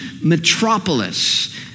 metropolis